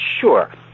Sure